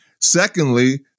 Secondly